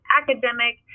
academic